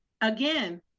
again